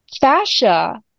fascia